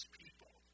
people